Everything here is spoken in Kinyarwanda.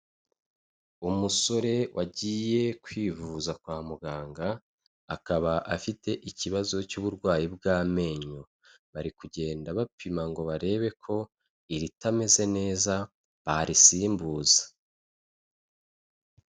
Umusore wagiye kwivuza kwa muganga akaba afite ikibazo cy'uburwayi bw'amenyo bari kugenda bapima ngo barebe ko iritameze neza barisimbuza.